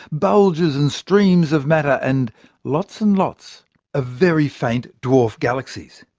bulges and streams of matter, and lots and lots of very faint dwarf galaxies.